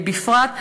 בפרט.